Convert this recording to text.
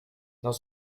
dans